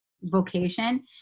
vocation